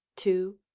two,